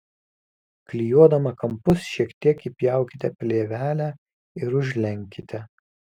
klijuodama kampus šiek tiek įpjaukite plėvelę ir užlenkite